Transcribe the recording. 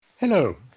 Hello